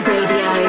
Radio